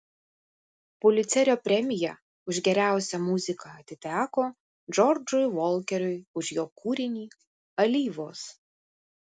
pulicerio premija už geriausią muziką atiteko džordžui volkeriui už jo kūrinį alyvos